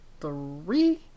three